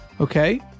Okay